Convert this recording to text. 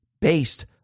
based